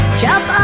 jump